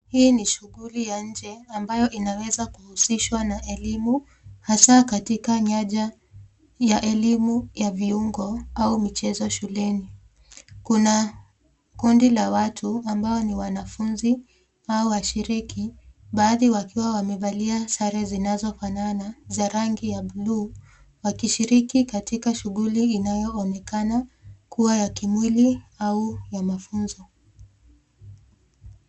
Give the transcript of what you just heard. Hii ni shughuli ya nje ambayo inaweza kuhusishwa na elimu hasaa katika nyanja ya elimu ya viungo au michezo shuleni. Kuna kundi la watu ambao ni wanafunzi au washiriki baadhi yao wakiwa wamevaa sare zinazofanana za rangi ya buluu akishikiri katika shughuli inaoyoonekana kuwa ya kimwili au ya mafunzo.